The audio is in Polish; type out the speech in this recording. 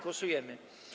Głosujemy.